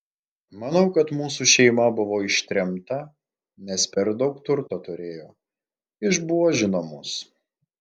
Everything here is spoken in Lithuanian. manau kad mūsų šeima buvo ištremta nes per daug turto turėjo išbuožino mus